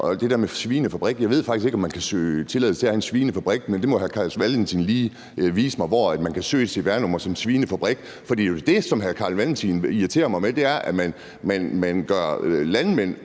til det der med svinefabrikker vil jeg sige, at jeg faktisk ikke ved, om man kan søge tilladelse til at have en svinefabrik, men der må hr. Carl Valentin lige vise mig, hvor man kan søge om at få et cvr-nummer som svinefabrik. For det, hr. Carl Valentin irriterer mig med, er, at han gør landmænd